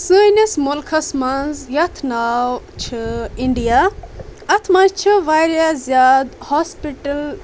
سٲنِس مُلکس منٛز یتھ ناو یتھ ناو چھُ انڈیا اتھ منٛز چھِ واریاہ زیادٕ ہوسپٹل